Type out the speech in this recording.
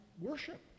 worship